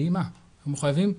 אנחנו מחויבים,